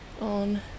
on